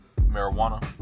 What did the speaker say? Marijuana